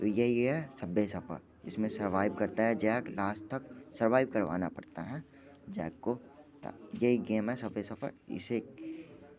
तो यही है सबवे सफ़र इसमें सरवाइव करता है जैक लास्ट तक सरवाइव करवाना पड़ता है जैक को यही गेम है सबवे सफ़र इसे